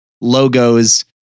logos